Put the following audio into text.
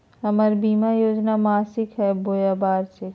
हमर बीमा योजना मासिक हई बोया वार्षिक?